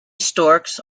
storks